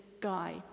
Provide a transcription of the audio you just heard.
guy